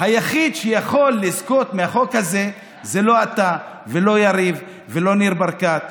היחיד שיכול לזכות מהחוק הזה זה לא אתה ולא יריב ולא ניר ברקת,